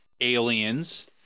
aliens